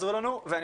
אינה,